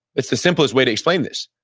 it's the simplest way to explain this,